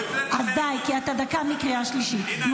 אז די, כי אתה דקה מקריאה שלישית.